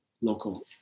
local